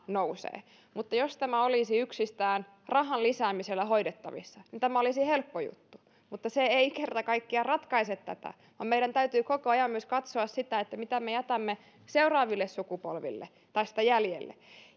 nousee mutta jos tämä olisi yksistään rahan lisäämisellä hoidettavissa niin tämä olisi helppo juttu mutta se ei kerta kaikkiaan ratkaise tätä vaan meidän täytyy koko ajan myös katsoa sitä mitä me jätämme seuraaville sukupolville tästä jäljelle